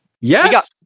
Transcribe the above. Yes